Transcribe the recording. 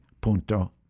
Punto